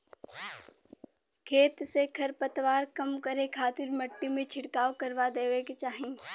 खेत से खरपतवार कम करे खातिर मट्टी में छिड़काव करवा देवे के चाही